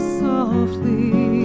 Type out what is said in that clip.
softly